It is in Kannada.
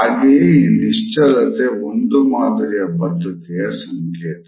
ಹಾಗೆಯೇ ಈ ನಿಶ್ಚಲತೆ ಒಂದು ಮಾದರಿಯ ಬದ್ಧತೆಯ ಸಂಕೇತ